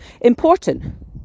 important